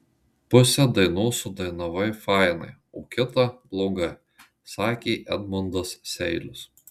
pusę dainos sudainavai fainai o kitą blogai sakė edmundas seilius